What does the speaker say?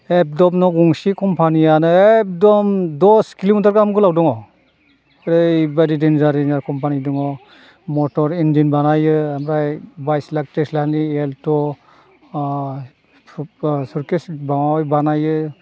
एकदम न' गंसे कम्पानियानो एकदम दस किल'मिटार गाहाम गोलाव दङ ओरैबायदि देन्जार देन्जार कम्पानि दङ मटर इन्जिन बानायो ओमफ्राय बायस लाख तैस लाखनि एल्ट' सुतकेस माबा माबि बानायो